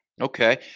Okay